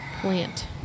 plant